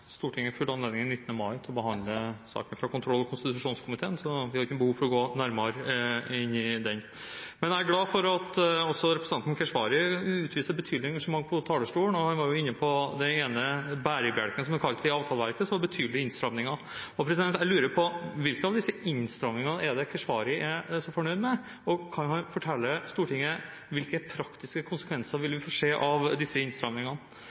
ikke noe behov for å gå nærmere inn i den. Men jeg er glad for at også representanten Keshvari utviser betydelig engasjement på talerstolen. Han var jo inne på den ene bærebjelken, som han kalte det, i avtaleverket, som var betydelige innstramninger. Jeg lurer på hvilke av disse innstramningene Keshvari er så fornøyd med. Og kan han fortelle Stortinget hvilke praktiske konsekvenser vi vil få se av disse